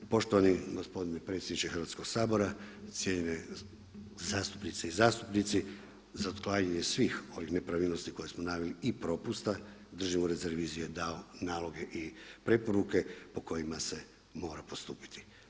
Poštovani gospodine predsjedniče Hrvatskoga sabora, cijenjene zastupnice i zastupnici, za otklanjanje svih ovih nepravilnosti koje smo naveli i propusta Državni ured za reviziju je dao naloge i preporuke po kojima se mora postupiti.